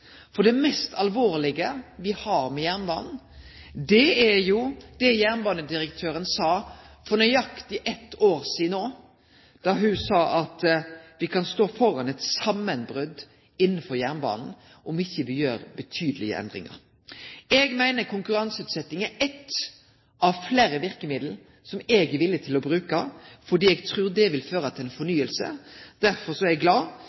For det mest alvorlege med jernbanen er det jernbanedirektøren sa for nøyaktig eitt år sidan, nemleg at me «kan stå foran et sammenbrudd» innanfor jernbanen dersom me ikkje gjer betydelege endringar. Konkurranseutsetjing er eitt av fleire verkemiddel som eg er villig til å bruke, for eg trur det vil føre til ei fornying. Derfor er eg glad